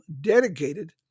dedicated